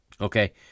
okay